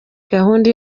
gahunda